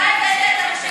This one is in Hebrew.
אתה הבאת את המשיח?